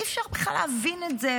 אי-אפשר בכלל להבין את זה,